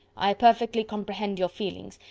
i perfectly comprehend your feelings,